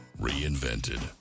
Reinvented